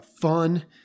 fun